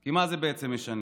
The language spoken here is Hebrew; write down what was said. כי מה זה בעצם משנה?